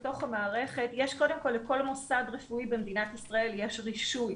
לכל מוסד רפואי במדינת ישראל יש רישוי,